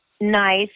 nice